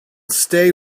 stay